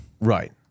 Right